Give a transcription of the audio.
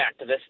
activists